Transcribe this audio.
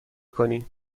کنیم